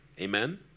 amen